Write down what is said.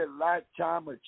Lifetime